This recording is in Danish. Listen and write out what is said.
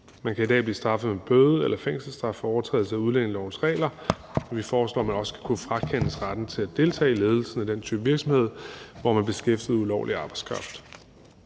Man kan i dag blive straffet med bøde eller fængselsstraf for overtrædelse af udlændingelovens regler, og vi foreslår, at man også skal kunne frakendes retten til at deltage i ledelsen af den type virksomhed, hvor man har beskæftiget ulovlig arbejdskraft,